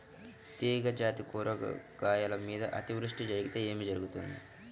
తీగజాతి కూరగాయల మీద అతివృష్టి జరిగితే ఏమి జరుగుతుంది?